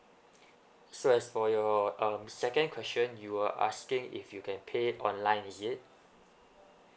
so as for your um second question you were asking if you can pay online is it